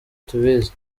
tubizi